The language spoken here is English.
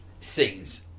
scenes